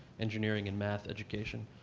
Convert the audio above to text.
engineering and math education,